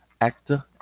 actor